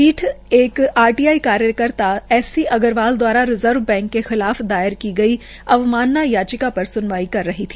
पीठ एक आरटीआई कर्ता एस सी अग्रवाल द्वारा रिजर्व बैंक के खिलाफ के खिलाफ दायर की गई अवमानना याचिका सुनवाई कर रही है